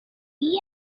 baby